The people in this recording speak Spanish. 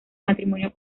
matrimonio